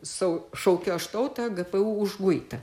sau šaukiu aš tautą gpu užguitą